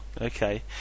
Okay